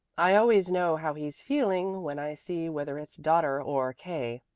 i always know how he's feeling when i see whether it's daughter or k.